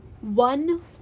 One